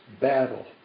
battle